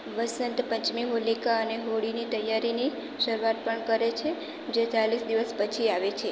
વસંત પંચમી હોલિકા અને હોળીની તૈયારીની શરૂઆત પણ કરે છે જે ચાલીસ દિવસ પછી આવે છે